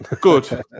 Good